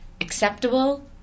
acceptable